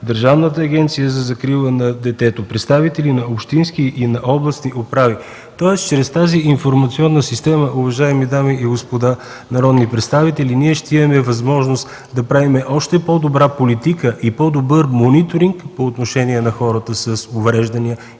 Държавната агенция за закрила на детето, представители на общински и на областни управи. Тоест, чрез тази информационна система, уважаеми дами и господа народни представители, ние ще имаме възможност да правим още по-добра политика и по-добър мониторинг по отношение на хората с увреждания.